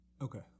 Okay